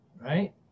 Right